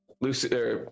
Lucy